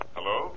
Hello